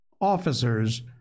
officers